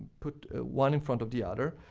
put one in front of the other.